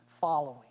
following